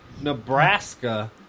Nebraska